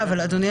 אדוני,